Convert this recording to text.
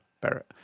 barrett